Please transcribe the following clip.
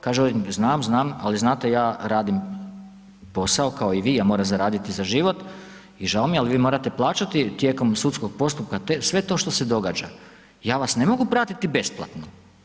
Kaže odvjetnik znam, znam, ali znate ja radim posao kao i vi, ja moram zaraditi za život i žao mi je ali vi morate plaćati tijekom sudskog postupka sve to što se događa, ja vas ne mogu pratiti besplatno.